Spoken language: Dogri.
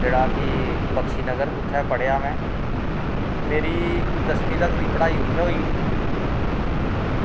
जेह्ड़ा कि बख्शी नगर उत्थें पढ़ेआ में मेरी दसमीं तकदी पढ़ाई उत्थें होई